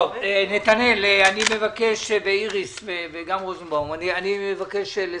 נתנאל, איריס וגם רוזנבאום, אני מבקש לסכם,